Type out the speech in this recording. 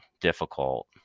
difficult